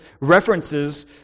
references